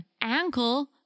ankle